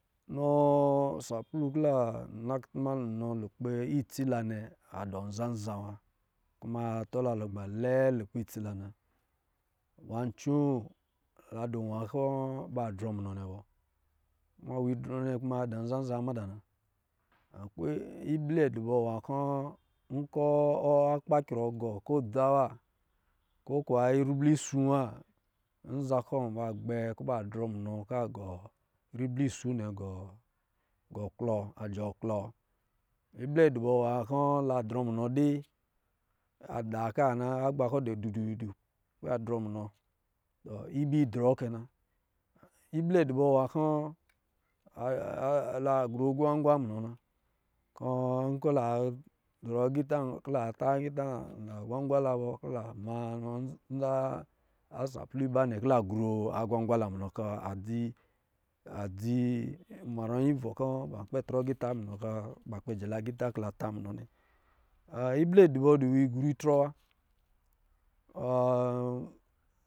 Nɔ sa pru kɔ̄ la na kutuma munɔ zukpɛ itsi la adɔ̄ nza-nza wa kuma atɔ lagba iɛ wa lukpɛ itsi lana nwaa coo a dɔ̄ nwa kɔ̄ ba drɔ munɔ nnɛ bɔ, kuma nwa idrɔ nnɛ ba dɔ̄ nza-nza mada na akwe iblɛ dɔ̄ nwa kɔ̌ nkɔ̄ akpa krɔ gɔɔ ko dza wa ko kuwa ribli su wa nza kɔ̄ ba gbɛ kɔ̄ ba drɔ munɔ kɔ̌ agɔ klɔ, a jɔɔ klɔ ible dɔ bɔ nwa kɔ̄ la drɔ munɔ dɛ a da ka na agba kɔ̄ dɔ̄ dɛ dudu-dudu kɔ̄ la drɔ munɔ iba c drɔ kɛna. Iblɛ dɔ̄ bɔ nwa kɔ̄ la gru a kwankwa munɔ na kɔ̄ nkɔ̄ la zɔrɔ cgita kɔ̄ la ta agita na kwankwa la bɔ kɔ̄ la ma nɔ nza saplu ba nnɛ kɔ̄ lagru akwankwa la muna kɔ̄ a dzi, adzi mari yi ivɔ kɔ̄ ba kpɛ trɔ agita murɔ, ba kpɛ jɛ agita kɔ̄ la kpɛ ta nunɔ nnɛ. Iblɛ dɔ bɔ a dɔ nwa igru itrɔ wa